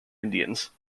indians